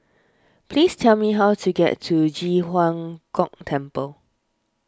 please tell me how to get to Ji Huang Kok Temple